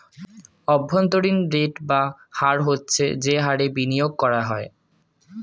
অভ্যন্তরীণ রেট বা হার হচ্ছে যে হারে বিনিয়োগ করা হয়